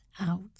out